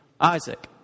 Isaac